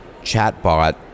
chatbot